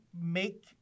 make